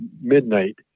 midnight